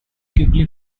quickly